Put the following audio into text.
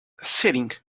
setting